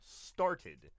started